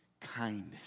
kindness